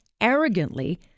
arrogantly